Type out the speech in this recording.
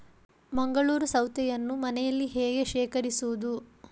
ಮಂಗಳೂರು ಸೌತೆಯನ್ನು ಮನೆಯಲ್ಲಿ ಹೇಗೆ ಶೇಖರಿಸುವುದು?